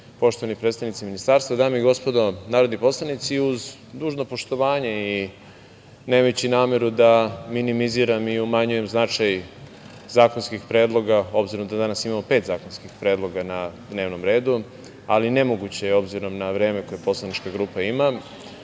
poštovani predstavnici Ministarstva, dame i gospodo narodni poslanici, uz dužno poštovanje i nemajući nameru da minimiziram i umanjujem značaj zakonskih predloga, obzirom da danas imamo pet zakonskih predloga na dnevnom redu, ali nemoguće je, obzirom na vreme koje poslanička grupa, da